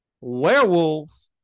werewolf